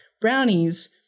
brownies